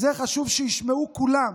את זה חשוב שישמעו כולם.